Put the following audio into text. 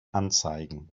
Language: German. anzeigen